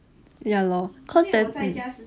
ya lor cause